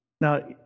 Now